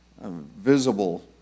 visible